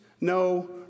no